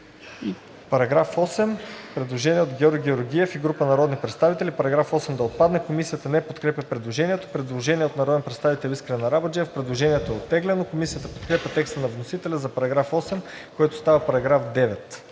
параграф 8 има предложение от Георги Георгиев и група народни представители § 8 да отпадне. Комисията не подкрепя предложението. Предложение от народния представител Искрен Арабаджиев. Предложението е оттеглено. Комисията подкрепя текста на вносителя за § 8, който става § 9.